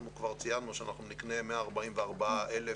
כבר ציינו שנקנה 144,000